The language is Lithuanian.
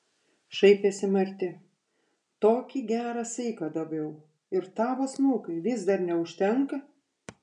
šaipėsi marti tokį gerą saiką daviau ir tavo snukiui vis dar neužtenka